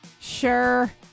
sure